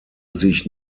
sich